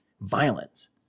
violence